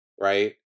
Right